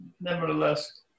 nevertheless